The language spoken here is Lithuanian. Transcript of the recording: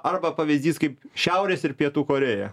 arba pavyzdys kaip šiaurės ir pietų korėja